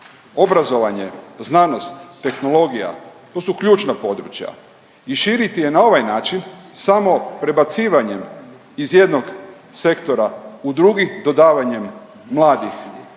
Obrazovanje, znanost, tehnologija, to su ključna područja i širiti je na ovaj način samo prebacivanjem iz jednog sektora u drugi dodavanjem mladih